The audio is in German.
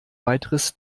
weiteres